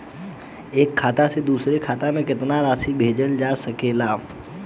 एक खाता से दूसर खाता में केतना राशि भेजल जा सके ला?